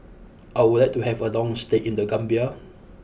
I would like to have a long stay in the Gambia